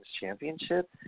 Championship